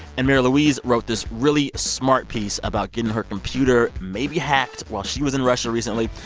and mary louise wrote this really smart piece about getting her computer maybe hacked while she was in russia recently.